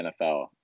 NFL